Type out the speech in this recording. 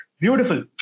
beautiful